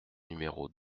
numéros